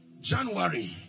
January